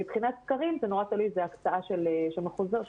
מבחינת סקרים זה מאוד תלוי, זו הקצאה של מחוזות.